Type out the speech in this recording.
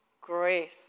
grace